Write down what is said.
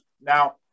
now